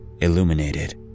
Illuminated